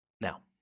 Now